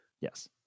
Yes